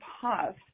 path